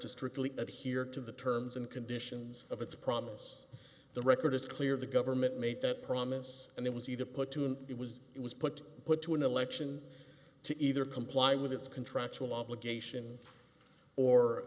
to strictly adhere to the terms and conditions of its problems the record is clear the government made that promise and it was either put to him it was it was put put to an election to either comply with its contractual obligation or